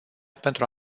pentru